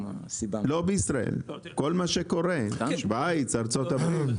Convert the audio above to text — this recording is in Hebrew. לא בישראל, כל מה שקורה: שווייץ, ארצות הברית.